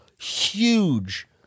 huge